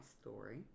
story